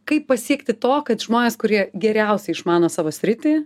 kaip pasiekti to kad žmonės kurie geriausiai išmano savo sritį